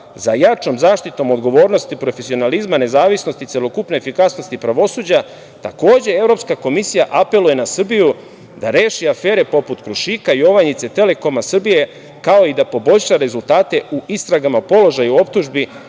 za jačom zaštitom odgovornosti profesionalizma, nezavisnosti, celokupne efikasnosti pravosuđa. Takođe, Evropska komisija apeluje na Srbiju da reši afere poput Krušika, Jovanjice, Telekoma Srbije, kao i da poboljša rezultate u istragama položaja u optužbi